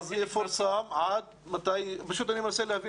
כמה זמן יעמוד לרשותם?